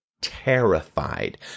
terrified